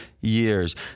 years